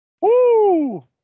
Woo